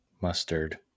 mustard